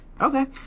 Okay